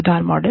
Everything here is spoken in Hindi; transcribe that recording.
उधार मॉडल